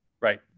right